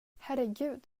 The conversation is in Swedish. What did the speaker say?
herregud